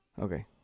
Okay